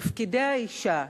תפקידי האשה: